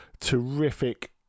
Terrific